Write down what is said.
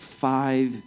five